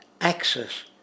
access